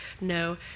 no